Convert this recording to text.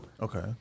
Okay